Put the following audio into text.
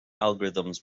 algorithms